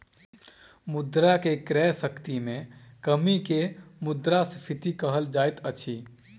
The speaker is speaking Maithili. मुद्रा के क्रय शक्ति में कमी के मुद्रास्फीति कहल जाइत अछि